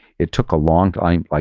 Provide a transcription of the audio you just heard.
it took a long time. like